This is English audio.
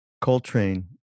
coltrane